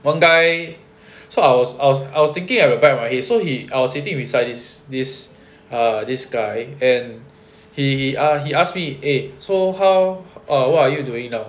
one guy so I was I I was thinking I replied my head so he I was sitting beside this this err this guy and he uh he ask me eh so how err what are you doing now